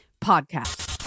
podcast